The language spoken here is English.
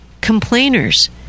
Complainers